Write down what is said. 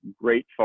great